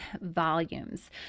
volumes